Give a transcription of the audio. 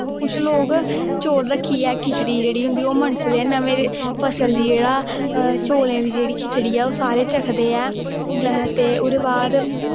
कुच लोग चौल रक्खियै खिचड़ी जेह्ड़ी होंदी ओह् मनसदे ऐ नमें फसल दी जेह्ड़ा चौलें दी जेह्ड़ी खिचड़ी ऐ ओह् सारे चखदे ऐ ते ओह्दे बाद